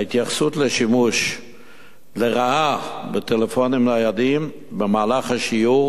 ההתייחסות לשימוש לרעה בטלפונים ניידים במהלך השיעור